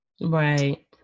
Right